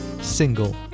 single